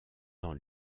dans